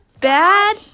bad